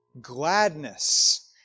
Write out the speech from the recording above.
gladness